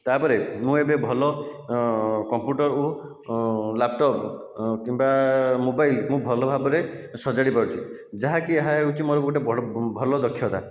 ତା ପରେ ମୁଁ ଏବେ ଭଲ କମ୍ପ୍ୟୁଟର ଓ ଲାପଟପ କିମ୍ବା ମୋବାଇଲ ମୁଁ ଭଲ ଭାବରେ ସଜାଡ଼ି ପାରୁଛି ଯାହାକି ଏହା ହେଉଛି ମୋର ଗୋଟିଏ ଭଲ ଦକ୍ଷତା